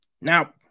now